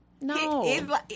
No